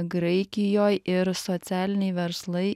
graikijoj ir socialiniai verslai